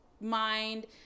mind